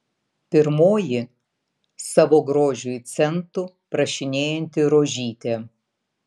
pirmoji savo grožiui centų prašinėjanti rožytė